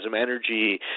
energy